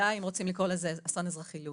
בוודאי אם רוצים לקרוא לזה אסון אזרחי-לאומי.